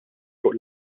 fuq